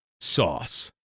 sauce